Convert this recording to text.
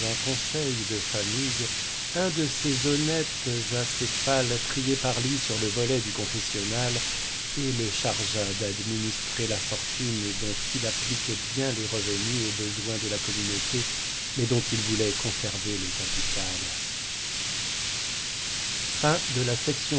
conseil de famille un de ces honnêtes acéphales triés par lui sur le volet du confessionnal et le chargea d'administrer la fortune dont il appliquait bien les revenus au besoin de la communauté mais dont il voulait conserver le capital